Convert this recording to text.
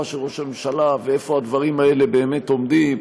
של ראש הממשלה ואיפה הדברים האלה באמת עומדים,